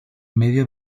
medio